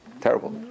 Terrible